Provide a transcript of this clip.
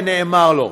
ונאמר לו: